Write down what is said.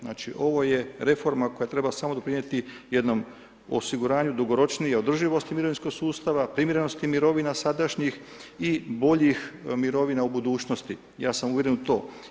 Znači ovo je reforma koja treba samo doprinijeti jednom osiguranju dugoročnije održivosti mirovinskog sustava, primjerenosti mirovina sadašnjih i boljih mirovina u budućnosti, ja sam uvjeren u to.